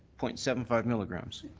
point seven five milligrams.